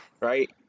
Right